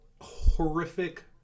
horrific